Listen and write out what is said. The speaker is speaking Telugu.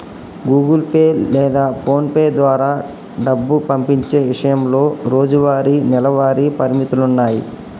గుగుల్ పే లేదా పోన్పే ద్వారా డబ్బు పంపించే ఇషయంలో రోజువారీ, నెలవారీ పరిమితులున్నాయి